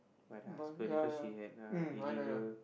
by the husband because she had uh illegal